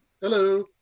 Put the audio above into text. Hello